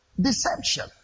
Deception